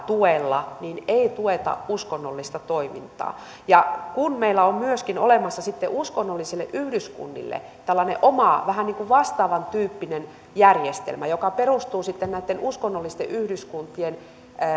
tuella ei tueta uskonnollista toimintaa meillä on myöskin olemassa sitten uskonnollisille yhdyskunnille tällainen oma vähän niin kuin vastaavantyyppinen järjestelmä joka perustuu näitten uskonnollisten yhdyskuntien